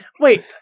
wait